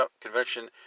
Convention